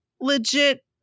legit